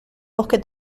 bosque